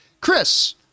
Chris